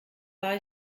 war